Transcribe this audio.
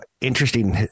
interesting